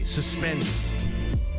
Suspense